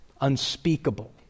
unspeakable